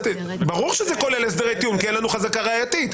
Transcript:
ברור שזה כולל הסדרי טיעון כי אין לנו חזקה ראייתית.